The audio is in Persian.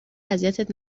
اذیتت